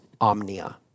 omnia